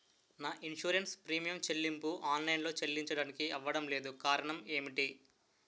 నా insurance premium చెల్లింపు online లో చెల్లించడానికి అవ్వడం లేదు కారణం ఏమిటి?